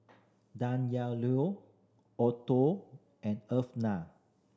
Danyelle Otho and Eartha